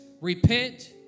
repent